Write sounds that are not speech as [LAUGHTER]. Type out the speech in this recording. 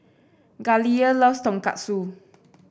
Galilea loves Tonkatsu [NOISE]